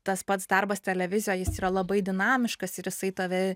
tas pats darbas televizijoj jis yra labai dinamiškas ir jisai tave